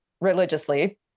religiously